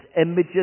images